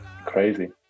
crazy